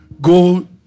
go